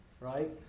Right